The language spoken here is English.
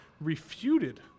refuted